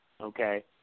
okay